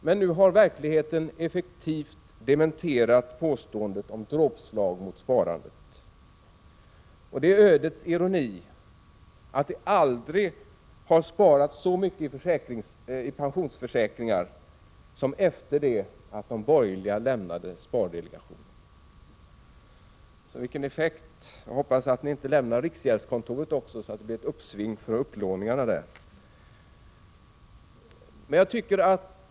Men nu har verkligheten effektivt dementerat påståendena om dråpslag mot sparandet. Det är ödets ironi att det aldrig har sparats så mycket i pensionsförsäkringar som efter det att de borgerliga lämnade spardelegationen. Vilken effekt! Jag hoppas att ni inte också lämnar riksgäldskontoret, så att det blir ett uppsving för upplåningarna där!